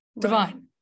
divine